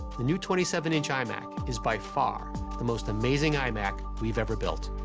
the new twenty seven inch imac is by far the most amazing imac we've ever built.